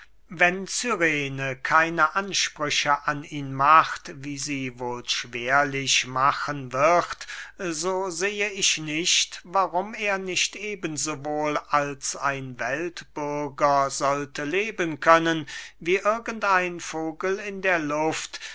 wenn cyrene keine ansprüche an ihn macht wie sie wohl schwerlich machen wird so sehe ich nicht warum er nicht eben so wohl als ein weltbürger sollte leben können wie irgend ein vogel in der luft